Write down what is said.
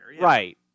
Right